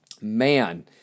man